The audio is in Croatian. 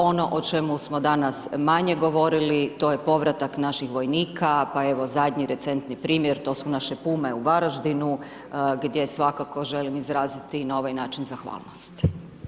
Ono o čemu smo danas manje govorili, to je povratak naših vojnika, pa evo, zadnji recentni primjer, to su naše Pume u Varaždinu, gdje svakako želim izraziti na ovaj način zahvalnost.